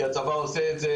כי הצבא עושה את זה.